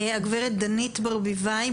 הגברת דנית ברביבאי,